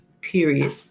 Period